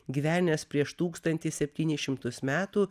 gyvenęs prieš tūkstantį septynis šimtus metų